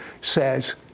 says